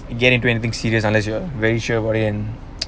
to get into anything serious unless you are very sure about it